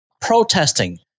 protesting